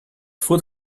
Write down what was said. food